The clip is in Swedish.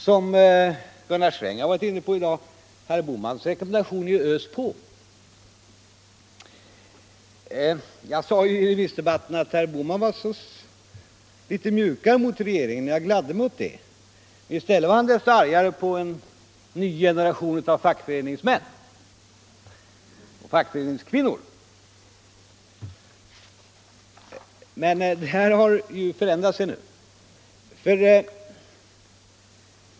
Som Gunnar Sträng varit inne på i dag är herr Bohmans rekommendation i stället: Ös på! Jag sade i remissdebatten att herr Bohman var litet mjukare mot regeringen, och jag gladde mig åt det. Han var desto argare på en ny generation av fackföreningsmän och fackföreningskvinnor. Men det har nu ändrat sig.